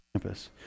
Campus